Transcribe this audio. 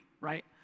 right